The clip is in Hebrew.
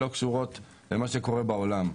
לא קשור למה שקורה בעולם.